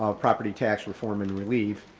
ah property tax reform and relief,